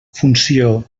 funció